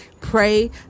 pray